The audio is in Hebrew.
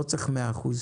לא צריך 100 אחוז,